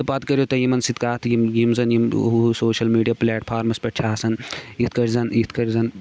تہٕ پَتہٕ کٔرِو تُہۍ یِمَن سۭتۍ کَتھ یِم یِم زَن یِم ہُہ سوشَل میٖڈیا پلیٹ فارمَس پٮ۪ٹھ چھِ آسان یِتھ کٲٹھۍ زَن یِتھ کٲٹھۍ زَن